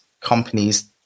companies